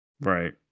Right